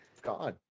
God